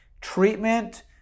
treatment